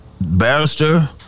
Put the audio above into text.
Barrister